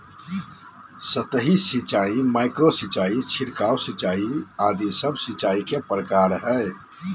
सतही सिंचाई, माइक्रो सिंचाई, छिड़काव सिंचाई आदि सब सिंचाई के प्रकार हय